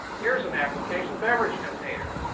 here's an application a beverage container.